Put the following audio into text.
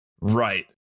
right